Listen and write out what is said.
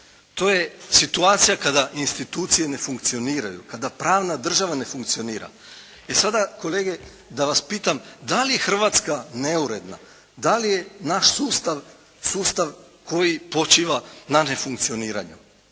To je situacija kada institucije ne funkcioniraju, kada pravna država ne funkcionira. I sada kolege da vas pitam da li je Hrvatska neuredna? Da li je naš sustav sustav koji počiva na nefunkcioniranju?